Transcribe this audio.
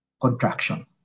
contraction